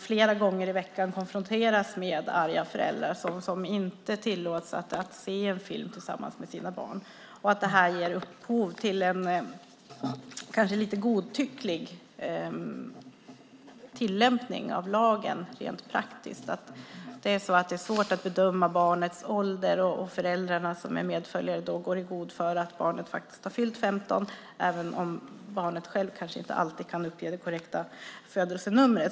Flera gånger i veckan konfronteras de med arga föräldrar som inte tillåts se en film tillsammans med sina barn. Det här ger upphov till en kanske lite godtycklig tillämpning av lagen rent praktiskt. Det är svårt att bedöma ett barns ålder när medföljande föräldrar går i god för att barnet har fyllt 15 år och barnet självt kanske inte alltid kan uppge det korrekta födelsenumret.